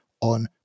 on